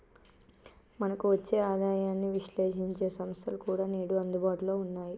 మనకు వచ్చే ఆదాయాన్ని విశ్లేశించే సంస్థలు కూడా నేడు అందుబాటులో ఉన్నాయి